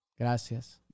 Gracias